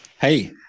Hey